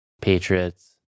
Patriots